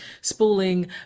spooling